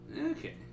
Okay